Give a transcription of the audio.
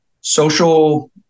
social